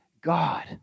God